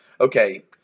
okay